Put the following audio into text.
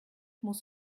muss